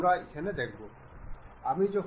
এখন আমরা ম্যাটিংয়ের কাছে যাব